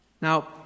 now